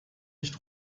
nicht